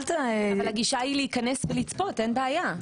אבל הגישה היא להיכנס ולצפות, אין בעיה.